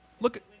Look